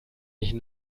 nicht